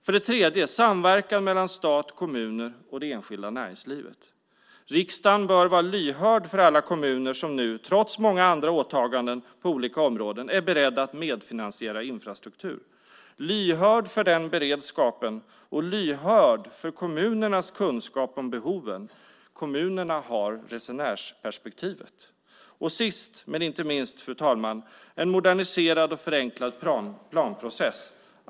För det tredje: Samverkan mellan stat, kommuner och det enskilda näringslivet. Riksdagen bör vara lyhörd för alla kommuner som nu trots många andra åtaganden på olika områden är beredda att medfinansiera infrastruktur, lyhörd för den beredskapen och lyhörd för kommunernas kunskap om behoven. Kommunerna har resenärsperspektivet. Sist men inte minst, fru talman, en moderniserad och förenklad planprocess.